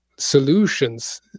solutions